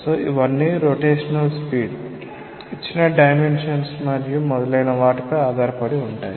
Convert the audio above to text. కాబట్టి ఇవన్నీ rotational speed ఇచ్చిన డైమెన్షన్స్ మరియు మొదలైన వాటిపై ఆధారపడి ఉంటాయి